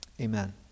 amen